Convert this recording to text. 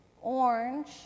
orange